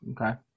Okay